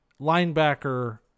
linebacker